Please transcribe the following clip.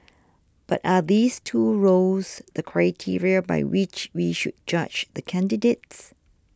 but are these two roles the criteria by which we should judge the candidates